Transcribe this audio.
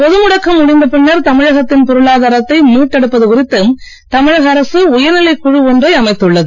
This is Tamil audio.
பொதுமுடக்கம் முடிந்த பின்னர் தமிழகத்தின் பொருளாதாரத்தை மீட்டெடுப்பது குறித்து தமிழக அரசு உயர்நிலைக் குழு ஒன்றை அமைத்துள்ளது